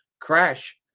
Crash